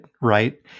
right